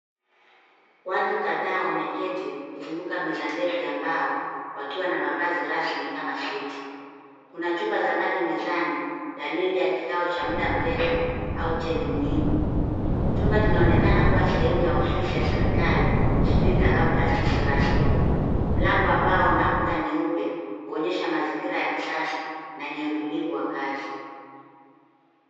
Watu kadhaa wameketi, kuzunguka meza ndefu ya mbao, wakiwa na mavazi rasmi kama suti. Kuna chupa za maji mezani, dalili ya kikao cha muda mrefu, au chenye muhimu. Chumba kinaonekana kuwa sehemu ya ofisi ya serikali, shirika, au taasisi rasmi. Mlango ambao una kuta nyeupe uonyesha mazingira ya kisasa, na yenye utulivu wa kazi.